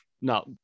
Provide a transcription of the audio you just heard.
No